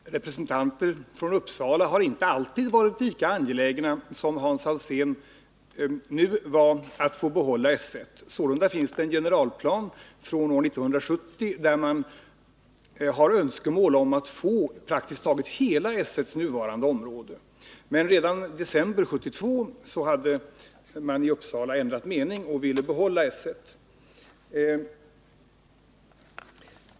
Herr talman! Representanter för Uppsala har inte alltid varit lika angelägna som Hans Alsén nu var att få behålla S 1. Sålunda finns det en generalplan från år 1970, där man har önskemål om att få praktiskt taget hela S1:s nuvarande område. Men redan i december 1972 hade man i Uppsala ändrat mening och ville behålla S 1.